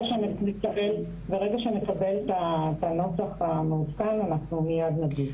ברגע שנקבל את הנוסח המעודכן אנחנו מיד נגיב.